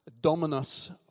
Dominus